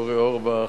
אורי אורבך,